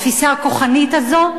התפיסה הכוחנית הזאת,